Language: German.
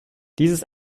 dieses